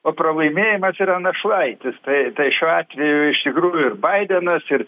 o pralaimėjimas yra našlaitis tai tai šiuo atveju iš tikrųjų ir baidenas ir